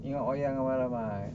tengok wayang ramai-ramai